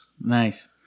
Nice